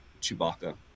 Chewbacca